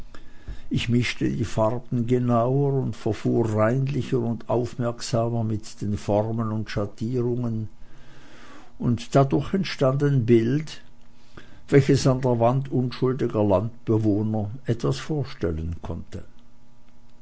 ich mischte die farben genauer und verfuhr reinlicher und aufmerksamer mit den formen und schattierungen und dadurch entstand ein bild welches an der wand unschuldiger landbewohner etwas vorstellen konnte